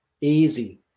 Easy